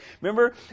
remember